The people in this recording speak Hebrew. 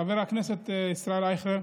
חבר הכנסת ישראל אייכלר,